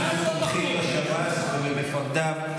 אנחנו תומכים בשב"ס ובמפקדיו,